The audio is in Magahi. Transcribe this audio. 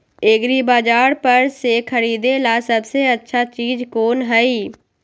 एग्रिबाजार पर से खरीदे ला सबसे अच्छा चीज कोन हई?